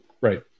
right